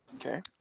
Okay